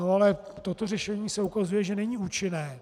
Ale toto řešení se ukazuje, že není účinné.